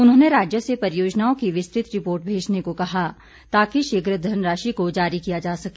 उन्होंने राज्य से परियोजनओं की विस्तृत रिपोर्ट भेजने को कहा ताकि शीघ्र धनराशि को जारी किया जा सके